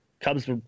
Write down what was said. Cubs